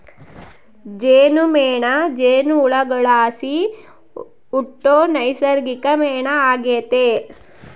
ಜೇನುಮೇಣ ಜೇನುಹುಳುಗುಳ್ಲಾಸಿ ಹುಟ್ಟೋ ನೈಸರ್ಗಿಕ ಮೇಣ ಆಗೆತೆ